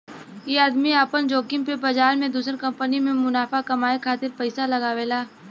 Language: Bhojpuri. ई आदमी आपन जोखिम पे बाजार मे दुसर कंपनी मे मुनाफा कमाए खातिर पइसा लगावेला